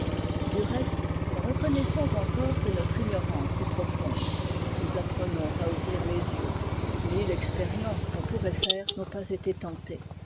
du reste reconnaissons encore que notre ignorance est profonde nous apprenons à ouvrir les yeux mille expériences qu'on pourrait faire n'ont pas été tentées